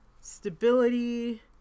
stability